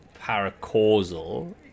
paracausal